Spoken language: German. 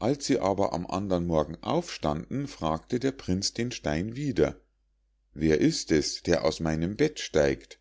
als sie aber am andern morgen aufstanden fragte der prinz den stein wieder wer ist es der aus meinem bett steigt